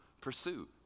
pursuit